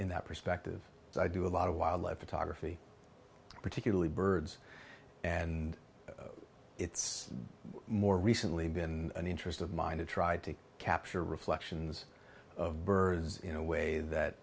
in that perspective so i do a lot of wildlife photography particularly birds and it's more recently been an interest of mine to try to capture reflections of birds in a way that